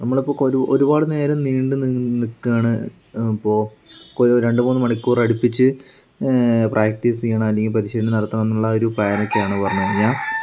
നമ്മളിപ്പോൾ നമുക്കൊരു ഒരുപാട് നേരം നീണ്ടു നിൽക്കുകയാണ് അപ്പോൾ ഒരു രണ്ട് മൂന്നു മണിക്കൂറടുപ്പിച്ച് പ്രാക്ടീസ് ചെയ്യണം അല്ലെങ്കിൽ പരിശീലനം നടത്തണം എന്നുള്ള ഒരു പ്ലേനൊക്കെയാണ് പറഞ്ഞു കഴിഞ്ഞാൽ